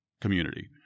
community